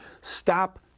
Stop